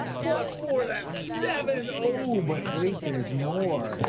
plus four, that's seven. oh, but wait, there's more!